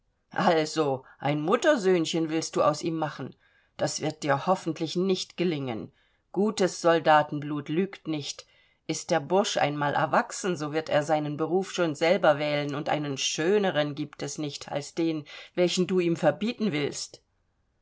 also ein muttersöhnchen willst du aus ihm machen das wird dir hoffentlich nicht gelingen gutes soldatenblut lügt nicht ist der bursch einmal erwachsen so wird er seinen beruf schon selber wählen und einen schöneren gibt es nicht als den welchen du ihm verbieten willst